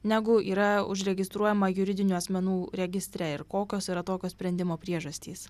negu yra užregistruojama juridinių asmenų registre ir kokios yra tokio sprendimo priežastys